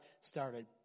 started